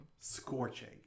Scorching